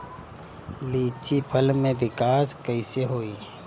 लीची फल में विकास कइसे होई?